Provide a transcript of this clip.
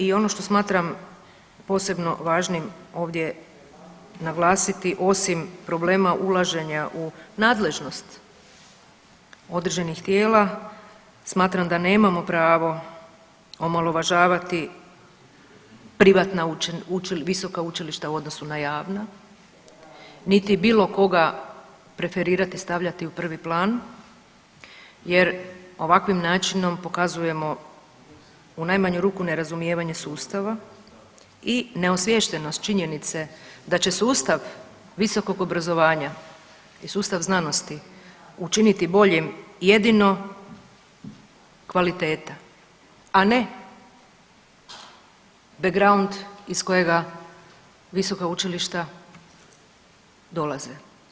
I ono što smatram posebno važnim ovdje naglasiti osim problema ulaženja u nadležnost određenih tijela smatram da nemamo pravo omalovažavati privatna visoka učilišta u odnosu na javna niti bilo koga preferirati, stavljati u prvi plan jer ovakvim načinom pokazujemo u najmanju ruku nerazumijevanje sustava i neosviještenost činjenice da će sustav visokog obrazovanja i sustav znanosti učiniti boljim jedino kvaliteta, a ne background iz kojega visoka učilišta dolaze.